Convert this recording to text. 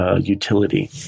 utility